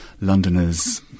Londoners